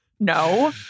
no